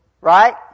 right